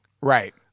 Right